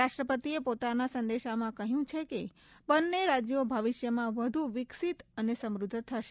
રાષ્ટ્રપતિએ પોતાના સંદેશામાં કહ્યું છે કે બંને રાજ્યો ભવિષ્યમાં વધુ વિકસિત અને સમૃદ્ધ થશે